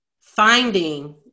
finding